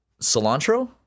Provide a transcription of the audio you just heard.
cilantro